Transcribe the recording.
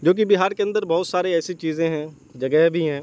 جو کہ بہار کے اندر بہت سارے ایسی چیزیں ہیں جگہ بھی ہیں